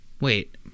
Wait